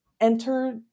enter